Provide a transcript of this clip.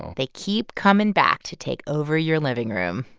they keep coming back to take over your living room.